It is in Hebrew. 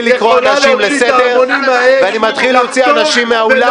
לקרוא אנשים לסדר ואני מתחיל להוציא אנשים מהאולם ---- לחתום,